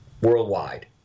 worldwide